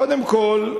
קודם כול,